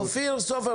--- אופיר סופר,